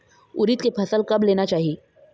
उरीद के फसल कब लेना चाही?